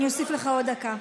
אני אוסיף לך עוד דקה.